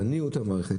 תניעו את המערכת.